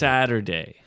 Saturday